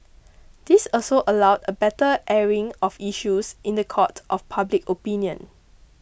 this also allowed a better airing of issues in the court of public opinion